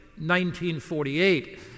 1948